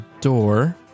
door